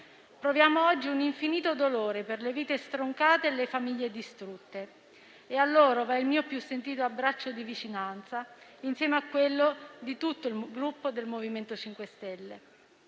Proviamo oggi un infinito dolore per le vite stroncate e le famiglie distrutte e a loro va il mio più sentito abbraccio di vicinanza insieme a quello di tutto il Gruppo MoVimento 5 Stelle.